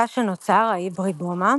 התא שנוצר – ההיברידומה,